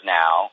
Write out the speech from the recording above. now